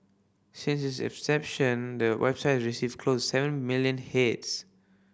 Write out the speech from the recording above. since its inception the website received close seven million hits